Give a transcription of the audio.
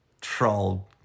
trolled